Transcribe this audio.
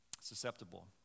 susceptible